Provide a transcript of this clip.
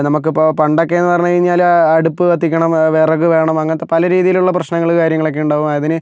നമുക്കിപ്പോൾ പണ്ടൊക്കെയെന്ന് പറഞ്ഞു കഴിഞ്ഞാൽ അടുപ്പു കത്തിക്കണം വേ വിറക് വേണം അങ്ങനത്തെ പല രീതിയിലുള്ള പ്രശ്നങ്ങൾ കാര്യങ്ങൾ ഒക്കെയുണ്ടാകും അതിന്